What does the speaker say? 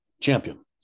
champion